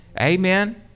amen